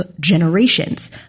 generations